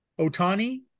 Otani